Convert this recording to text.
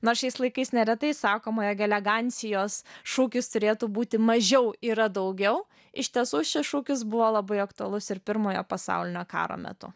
nors šiais laikais neretai sakoma jog elegancijos šūkis turėtų būti mažiau yra daugiau iš tiesų šis šūkis buvo labai aktualus ir pirmojo pasaulinio karo metu